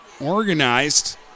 organized